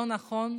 לא נכון,